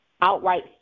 outright